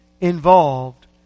involved